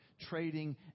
trading